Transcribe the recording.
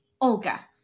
Olga